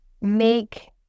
make